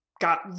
got